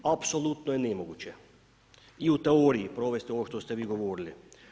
Apsolutno je nemoguće i u teoriji provesti ovo što ste vi govorili.